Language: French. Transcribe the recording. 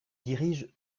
dirige